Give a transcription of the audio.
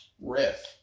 riff